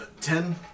ten